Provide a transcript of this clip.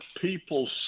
people